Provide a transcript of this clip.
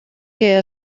que